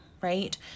Right